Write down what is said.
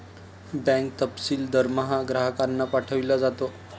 bank तपशील दरमहा ग्राहकांना पाठविला जातो